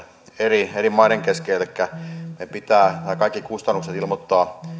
eri eri maiden kanssa että kaikki kustannukset pitää ilmoittaa